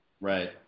right